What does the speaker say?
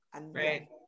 right